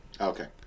Okay